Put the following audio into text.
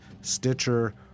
Stitcher